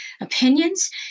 opinions